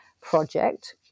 project